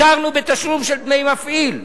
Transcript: הכרנו בתשלום של דמי מפעיל.